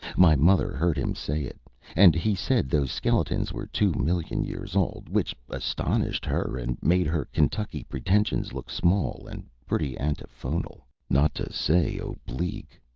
my mother heard him say it and he said those skeletons were two million years old, which astonished her and made her kentucky pretensions look small and pretty antiphonal, not to say oblique.